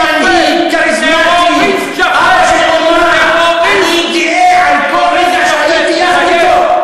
אני לא עבד נרצע של נתניהו.